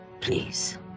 Please